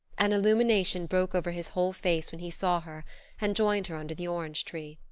an illumination broke over his whole face when he saw her and joined her under the orange tree.